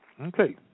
Okay